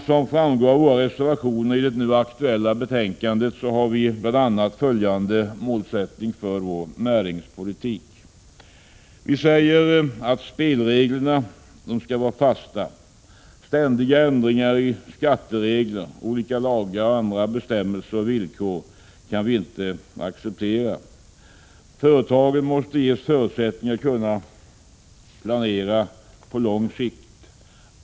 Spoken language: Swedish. Som framgår av våra reservationer i det nu aktuella betänkandet har vi bl.a. följande målsättning för vår näringspolitik. Spelreglerna skall vara fasta. Ständiga ändringar i skatteregler, olika lagar och andra bestämmelser och villkor kan inte accepteras. Företagen måste ges förutsättning att planera på lång sikt.